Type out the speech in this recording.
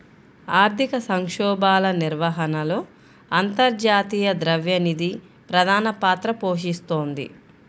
ఆర్థిక సంక్షోభాల నిర్వహణలో అంతర్జాతీయ ద్రవ్య నిధి ప్రధాన పాత్ర పోషిస్తోంది